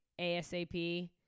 ASAP